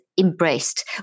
Embraced